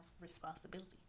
responsibility